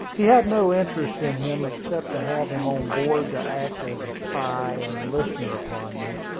he had no interest in him, except to have him on board to act as a spy and listener upon me.